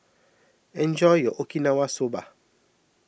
enjoy your Okinawa Soba